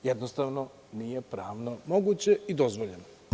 Jednostavno, nije pravno moguće i dozvoljeno.